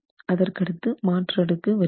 அதற்கடுத்து மாற்று அடுக்கு வருகிறது